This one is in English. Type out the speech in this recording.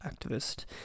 activist